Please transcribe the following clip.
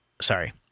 sorry